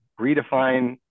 redefine